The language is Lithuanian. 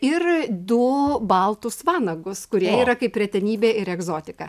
ir du baltus vanagus kurie yra kaip retenybė ir egzotika